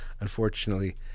Unfortunately